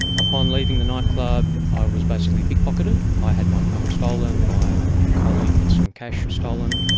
upon leaving the nightclub i was basically pickpocketed. i had my phone stolen. my colleague had some cash stolen.